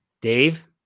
Dave